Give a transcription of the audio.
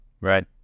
Right